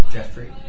Jeffrey